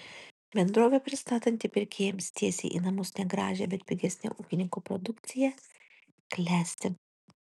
bendrovė pristatanti pirkėjams tiesiai į namus negražią bet pigesnę ūkininkų produkciją klesti